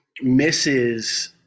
misses